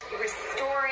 Restoring